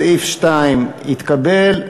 סעיף 2 התקבל.